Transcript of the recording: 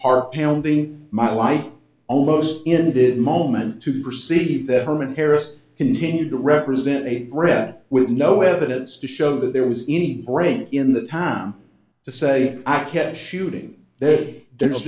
are pounding my life almost in the moment to perceive that herman harris continued to represent a threat with no evidence to show that there was any break in the time to say i kept shooting